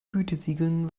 gütesiegeln